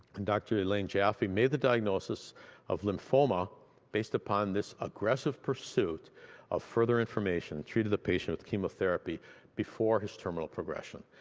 and dr. elaine jaffe made the diagnosis of lymphoma based upon this aggressive pursuit of further information, treated the patient with chemotherapy before his terminal progression.